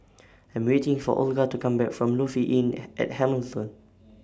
I'm waiting For Olga to Come Back from Lofi Inn At Hamilton